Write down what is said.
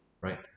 right